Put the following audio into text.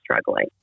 struggling